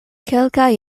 kelkaj